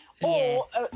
Yes